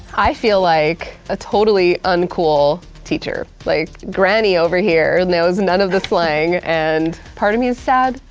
i feel like a totally uncool teacher. like granny over here knows none of this slang and part of me is sad,